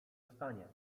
zostanie